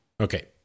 Okay